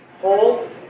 hold